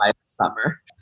summer